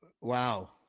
Wow